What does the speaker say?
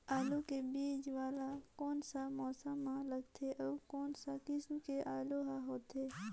आलू के बीजा वाला कोन सा मौसम म लगथे अउ कोन सा किसम के आलू हर होथे?